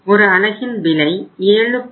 ஒரு அலகின் விலை 7